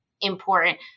important